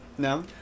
No